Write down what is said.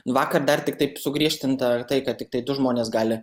vakar dar tiktai sugriežtinta tai kad tiktai du žmonės gali